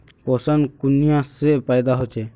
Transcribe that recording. पोषण कुनियाँ से पैदा होचे?